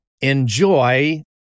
enjoy